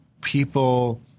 people